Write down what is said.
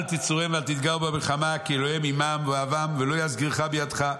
אל תצורם ואל תתגר בם מלחמה כי אלוהיהם עמם ואוהבם ולא יסגירך בידך,